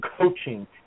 coaching